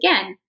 again